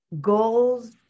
goals